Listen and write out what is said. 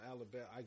Alabama